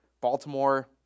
Baltimore